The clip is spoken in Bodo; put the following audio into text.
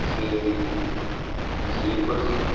जेरै जेफोरजों